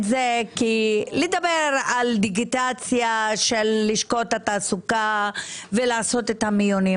לדבר על דיגיטציה של לשכות התעסוקה ולעשות את המיונים,